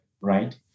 Right